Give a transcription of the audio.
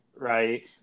Right